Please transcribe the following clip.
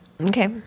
Okay